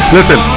Listen